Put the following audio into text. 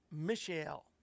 Michelle